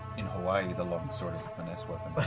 in hawaii, the longsword is a finesse weapon.